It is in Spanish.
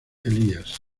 elías